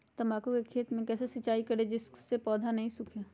तम्बाकू के खेत मे कैसे सिंचाई करें जिस से पौधा नहीं सूखे?